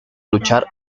luchar